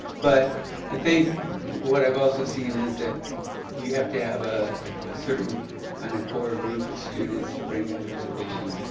but i think what i have also seen is that you have to have ah a certain kind of core group of students to bring ah them along.